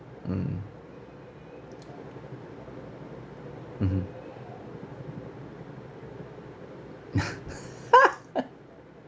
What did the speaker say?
mm mmhmm